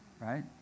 right